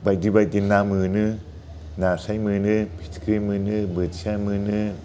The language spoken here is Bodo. बायदि बायदि ना मोनो नास्राय मोनो फिथिख्रि मोनो बोथिया मोनो